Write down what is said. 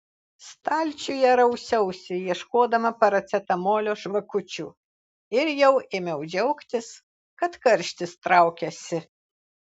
stalčiuje rausiausi ieškodama paracetamolio žvakučių ir jau ėmiau džiaugtis kad karštis traukiasi